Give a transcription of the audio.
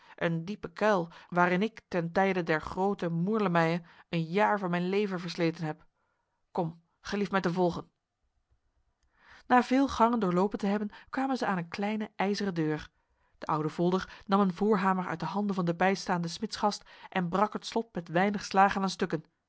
een diepe kuil waarin ik ten tijde der grote moerlemije een jaar van mijn leven versleten heb kom gelief mij te volgen na veel gangen doorlopen te hebben kwamen zij aan een kleine ijzeren deur de oude volder nam een voorhamer uit de handen van de bijstaande smidsgast en brak het slot met weinig slagen aan stukken